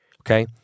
Okay